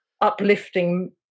uplifting